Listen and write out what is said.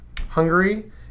Hungary